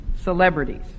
celebrities